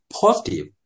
positive